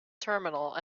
terminal